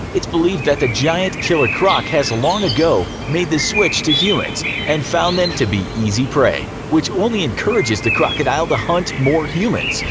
it's believed that the giant killer croc has long ago made the switch to humans and found them to be easy prey, which only encourages the crocodile to hunt more humans.